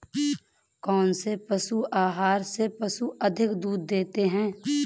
कौनसे पशु आहार से पशु अधिक दूध देते हैं?